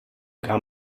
kann